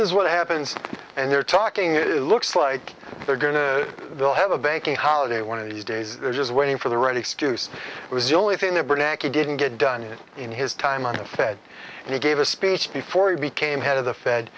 is what happens and they're talking it looks like they're going to they'll have a bank holiday one of these days they're just waiting for the right excuse was the only thing that bernanke he didn't get done it in his time on the fed and he gave a speech before he became head of the fed